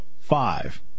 five